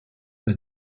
der